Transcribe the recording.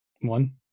one